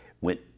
went